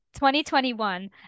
2021